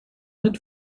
mit